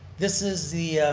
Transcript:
this is the